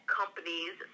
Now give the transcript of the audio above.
companies